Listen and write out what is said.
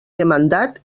demandat